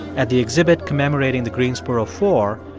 at the exhibit commemorating the greensboro four,